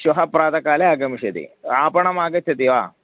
श्वः प्रातःकाले आगमिष्यति आपणम् आगच्छति वा